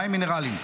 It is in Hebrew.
מים מינרליים,